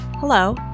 Hello